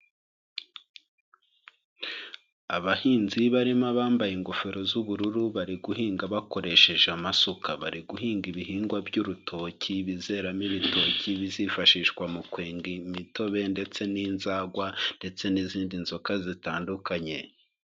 Abahinzi barimo abambaye ingofero z'ubururu bari guhinga bakoresheje amasuka. Bari guhinga ibihingwa by'urutoki bizeramo ibitoki bizifashishwa mu kwenga imitobe ndetse n'inzagwa ndetse n'izindi nzoga zitandukanye.